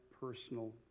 personal